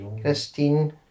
Christine